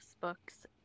books